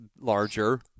larger